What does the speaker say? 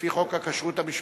לפי חוק הכשרות המשפטית,